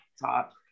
top